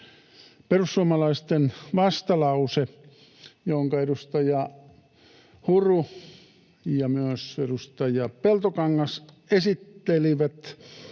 Perussuomalaisten vastalause, jonka edustaja Huru ja myös edustaja Peltokangas esittelivät